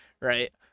right